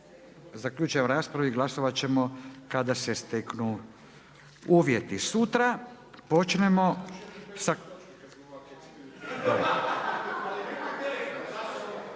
Zaključujem raspravu i glasovati ćemo kada se steknu uvjeti, to znači